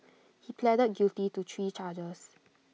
he pleaded guilty to three charges